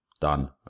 done